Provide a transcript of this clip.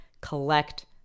collect